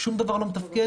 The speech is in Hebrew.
שום דבר לא מתפקד,